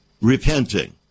repenting